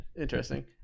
Interesting